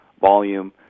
volume